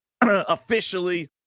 officially